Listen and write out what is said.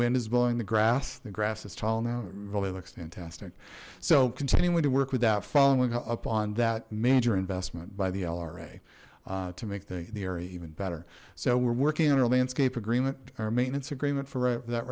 wind is blowing the grass the grass is tall now it really looks fantastic so continuing to work without following up on that major investment by the lra to make the area even better so we're working on our landscape agreement our maintenance agreement for that